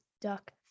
duck